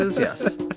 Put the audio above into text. yes